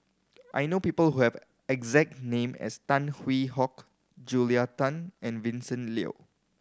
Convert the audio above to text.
I know people who have a exact name as Tan Hwee Hock Julia Tan and Vincent Leow